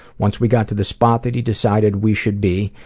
once we got to the spot that he decided we should be,